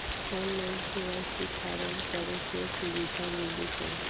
Online KYC form करेके सुविधा मिली कौन?